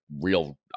real